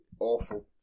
Awful